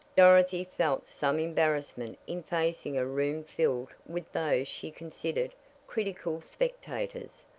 dorothy felt some embarrassment in facing a room filled with those she considered critical spectators,